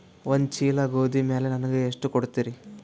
ಒಂದ ಚೀಲ ಗೋಧಿ ಮ್ಯಾಲ ನನಗ ಎಷ್ಟ ಕೊಡತೀರಿ?